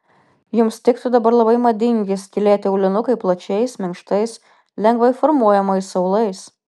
jums tiktų dabar labai madingi skylėti aulinukai plačiais minkštais lengvai formuojamais aulais